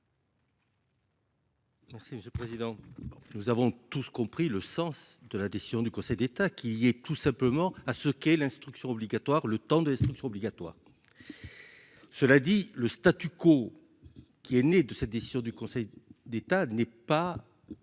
monsieur le président, nous avons tous compris le sens de la décision du Conseil d'État qui est tout simplement à ce qu'est l'instruction obligatoire, le temps de l'instruction obligatoire, cela dit, le statu quo qui est né de cette décision du Conseil d'État n'est pas